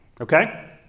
Okay